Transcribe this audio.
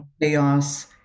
chaos